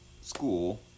school